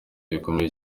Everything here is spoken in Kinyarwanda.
gikomeye